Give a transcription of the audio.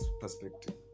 perspective